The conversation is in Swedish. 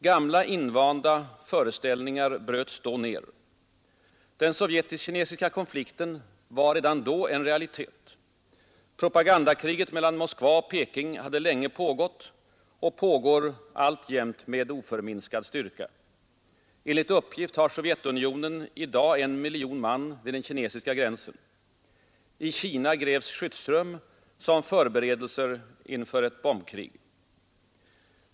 Gamla invanda föreställningar bröts ner. Den sovjetisk-kinesiska konflikten var redan då en realitet. Propagandakriget mellan Moskva och Peking hade länge pågått och pågår alltjämt med oförminskad styrka. Enligt uppgift har Sovjetunionen i dag en miljon man vid den kinesiska gränsen. I Kina grävs skyddsrum som förberedelser inför ett bombkrig.